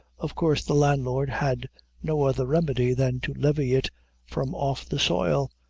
of course the landlord had no other remedy than to levy it from off the soil,